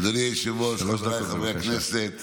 אדוני היושב-ראש, חבריי חברי הכנסת,